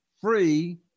free